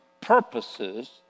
purposes